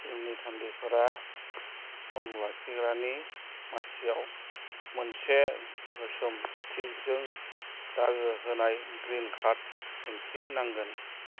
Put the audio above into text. टीमनि थान्दैफोरा सम लाखिग्रानि मासियाव मोनसे गोसोम टीजों दागो होनाय ग्रीन कार्ड दिन्थि नांगोन